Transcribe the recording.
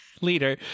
leader